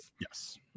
Yes